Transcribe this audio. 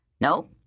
No